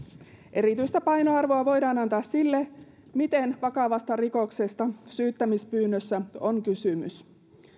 erityistä painoarvoa voidaan antaa sille miten vakavasta rikoksesta syyttämispyynnössä on kysymys